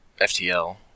FTL